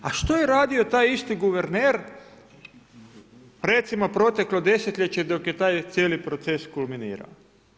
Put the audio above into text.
A što je radio taj isti guverner, recimo proteklo desetljeće dok je taj cijeli proces kulminirao?